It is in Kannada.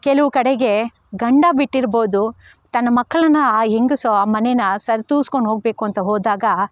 ಕೆಲವು ಕಡೆಗೆ ಗಂಡ ಬಿಟ್ಟಿರಬೋದು ತನ್ನ ಮಕ್ಕಳನ್ನು ಆ ಹೆಂಗಸು ಆ ಮನೇನ್ನು ಸರಿದೂಗ್ಸ್ಕೊಂಡೋಗ್ಬೇಕು ಅಂತ ಹೋದಾಗ